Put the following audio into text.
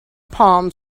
palm